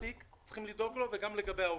צריך לדאוג גם למעסיק וגם לעובד.